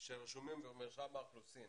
שרשומים במרשם האוכלוסין,